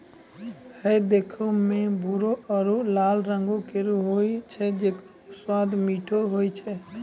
हय देखै म भूरो आरु लाल रंगों केरो होय छै जेकरो स्वाद मीठो होय छै